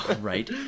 Right